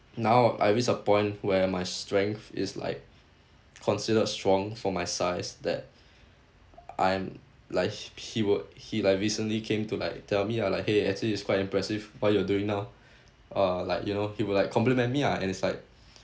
now I reached a point where my strength is like considered strong for my size that I'm like h~ he would he like recently came to like tell me ah like !hey! actually it's quite impressive what you're doing now uh like you know he would like compliment me ah and it's like